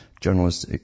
journalists